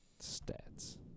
Stats